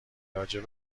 راجع